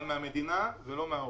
אבל מהמדינה ולא מההורים,